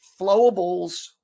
flowables